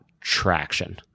traction